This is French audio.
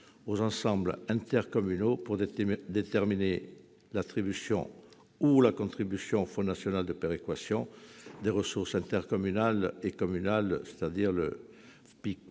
aux ensembles intercommunaux pour déterminer l'attribution du Fonds national de péréquation des ressources intercommunales et communales, le FPIC,